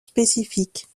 spécifiques